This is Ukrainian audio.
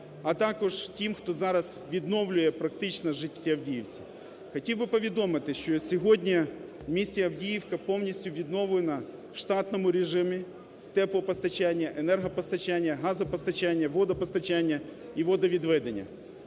а також тим, хто зараз відновлює практично життя в місті Авдіївці. Хотів би повідомити, що сьогодні в місті Авдіївка повністю відновлено в штатному режимі теплопостачання, енергопостачання, газопостачання, водопостачання і водовідведення.